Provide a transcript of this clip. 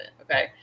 Okay